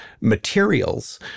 materials